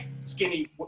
skinny